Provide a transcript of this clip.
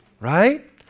right